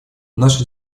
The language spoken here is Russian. наша